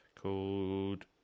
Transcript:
called